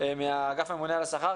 מאגף הממונה על השכר.